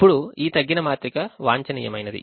ఇప్పుడు ఈ తగ్గిన మాత్రిక వాంఛనీయమైనది